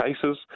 cases